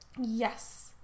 Yes